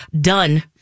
done